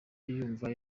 yumva